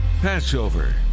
Passover